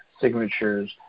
signatures